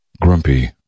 grumpy